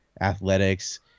Athletics